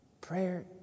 prayer